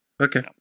okay